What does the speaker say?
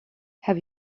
have